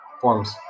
forms